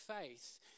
faith